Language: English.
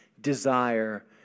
desire